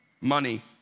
money